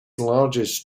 largest